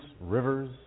Rivers